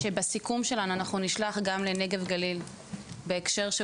בסיכום שלנו אנחנו נשלח גם לנגב גליל בהקשר של